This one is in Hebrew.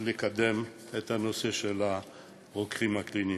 לקדם את הנושא של הרוקחים הקליניים.